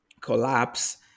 collapse